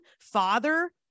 father